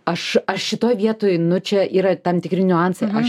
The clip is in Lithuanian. aš aš šitoj vietoj nu čia yra tam tikri niuansai aš